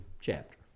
chapter